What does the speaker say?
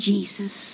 Jesus